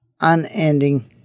Unending